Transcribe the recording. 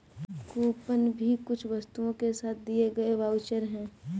coupon भी कुछ वस्तुओं के साथ दिए गए वाउचर है